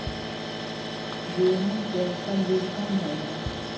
गेहूं के उत्तम बीज कोन होय है?